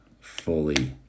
fully